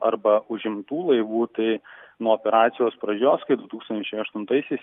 arba užimtų laivų tai nuo operacijos pradžios kai du tūkstančiai aštuntaisiais